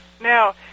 Now